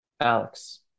Alex